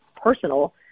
personal